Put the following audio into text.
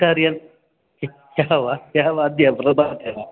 कार्यान् ह्यः वा ह्यः वा अद्य प्रभाते वा